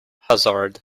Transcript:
hazard